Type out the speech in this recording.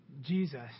Jesus